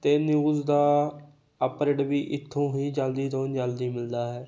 ਅਤੇ ਨਿਊਜ਼ ਦਾ ਅਪਡੇਟ ਵੀ ਇੱਥੋਂ ਹੀ ਜਲਦੀ ਤੋਂ ਜਲਦੀ ਮਿਲਦਾ ਹੈ